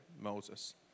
Moses